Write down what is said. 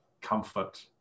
comfort